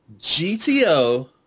GTO